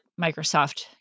Microsoft